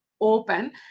open